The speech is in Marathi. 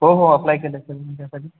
हो हो अप्लाय केलं आहे सर मी त्यासाठी